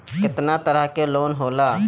केतना तरह के लोन होला?